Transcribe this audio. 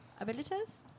abilities